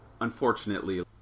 unfortunately